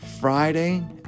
Friday